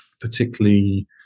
particularly